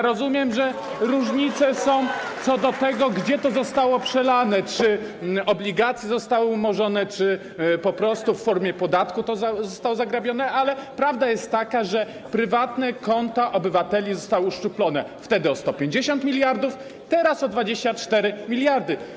Rozumiem, że są różnice dotyczące tego, gdzie to zostało przelane, czy obligacje zostały umorzone, czy po prostu w formie podatku to zostało zagrabione, ale prawda jest taka, że prywatne konta obywateli zostały uszczuplone, wtedy o 150 mld, teraz o 24 mld.